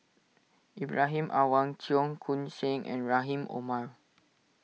Ibrahim Awang Cheong Koon Seng and Rahim Omar